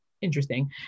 interesting